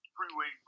Freeway